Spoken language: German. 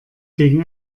gegen